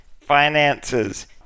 finances